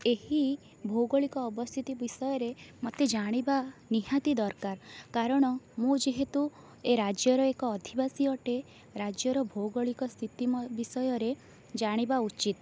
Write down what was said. ଏହି ଭୌଗଳିକ ଅବସ୍ଥିତି ବିଷୟରେ ମୋତେ ଜାଣିବା ନିହାତି ଦରକାର କାରଣ ମୁଁ ଯେହେତୁ ଏ ରାଜ୍ୟର ଏକ ଅଧିବାସୀ ଅଟେ ରାଜ୍ୟର ଭୌଗଳିକ ସ୍ଥିତି ବିଷୟରେ ଜାଣିବା ଉଚିତ